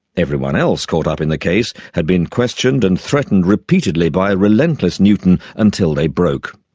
everyone else caught up in the case had been questioned and threatened repeatedly by a relentless newton until they broke.